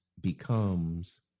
becomes